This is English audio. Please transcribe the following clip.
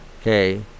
Okay